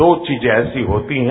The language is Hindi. दो चीजें ऐसी होती है